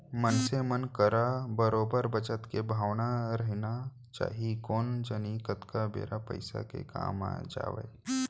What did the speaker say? मनसे मन करा बरोबर बचत के भावना रहिना चाही कोन जनी कतका बेर पइसा के काम आ जावय